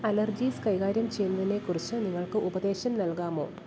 allergies കൈകാര്യം ചെയ്യുന്നതിനെ കുറിച്ച് നിങ്ങൾക്ക് ഉപദേശം നൽകാമോ